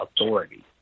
authority